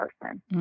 person